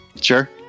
Sure